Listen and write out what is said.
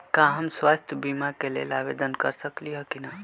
का हम स्वास्थ्य बीमा के लेल आवेदन कर सकली ह की न?